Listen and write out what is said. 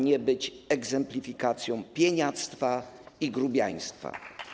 Nie może być egzemplifikacją pieniactwa i grubiaństwa.